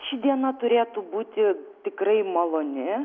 ši diena turėtų būti tikrai maloni